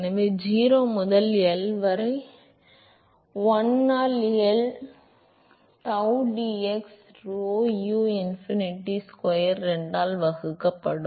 எனவே அது 0 முதல் L வரை 1 ஆல் L tau d x ஆக rho u இன்ஃபினிட்டி ஸ்கொயர் 2 ஆல் வகுக்கப்படும்